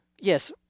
yes